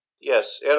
Yes